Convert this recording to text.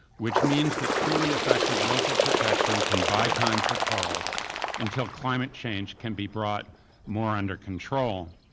which means that truly effective local protection can buy time for corals until climate change can be brought more under control.